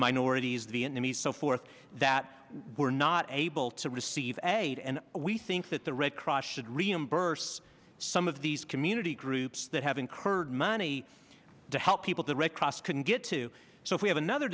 minorities vietnamese so forth that we're not able to receive aid and we think that the red cross should reimburse some of these community groups that have incurred money to help people to read cross couldn't get to so if we have another